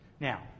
Now